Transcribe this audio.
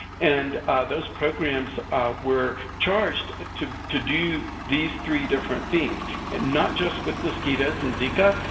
and those programs were charged ah to to do these three different things. and not just with mosquitoes and zika,